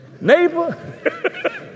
Neighbor